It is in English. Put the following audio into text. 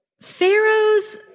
Pharaoh's